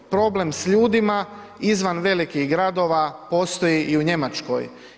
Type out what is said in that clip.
Problem s ljudima izvan velikih gradova postoji i u Njemačkoj.